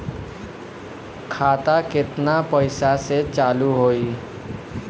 खाता केतना पैसा से चालु होई?